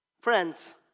Friends